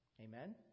Amen